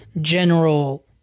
general